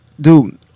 dude